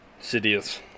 Sidious